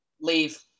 Leave